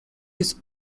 his